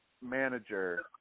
manager